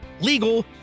legal